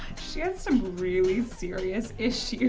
she has some really serious issues.